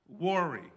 worry